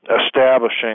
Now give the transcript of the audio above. establishing